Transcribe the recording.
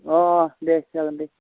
अ दे जागोन दे